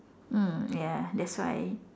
mm ya that's why